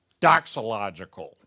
doxological